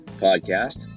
podcast